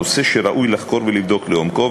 נושא שראוי לחקור ולבדוק לעומקו,